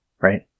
right